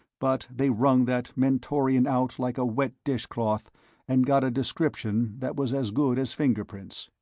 but they wrung that mentorian out like a wet dishcloth and got a description that was as good as fingerprints.